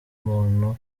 muntu